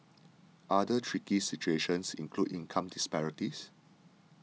other tricky situations include income disparities